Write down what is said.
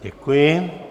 Děkuji.